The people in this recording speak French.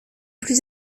plus